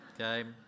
okay